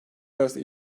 arası